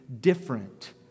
different